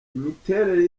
imiterere